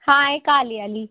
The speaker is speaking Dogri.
हां एह् काले आह्ली